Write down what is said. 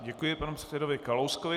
Děkuji panu předsedovi Kalouskovi.